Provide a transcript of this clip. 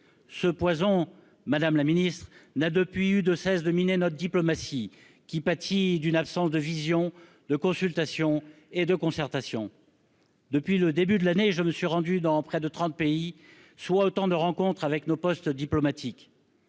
Depuis lors, madame la ministre, ce poison n'a eu de cesse de miner notre diplomatie, qui pâtit d'une absence de vision, de consultation et de concertation. Depuis le début de l'année, je me suis rendu dans près de trente pays, soit autant de rencontres avec nos postes diplomatiques.